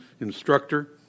instructor